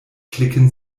klicken